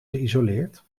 geïsoleerd